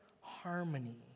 harmony